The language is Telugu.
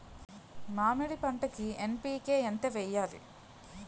మామిడి పంటకి ఎన్.పీ.కే ఎంత వెయ్యాలి?